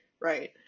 right